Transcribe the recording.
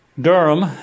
Durham